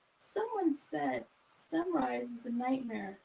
someone said sunrise and nightmare.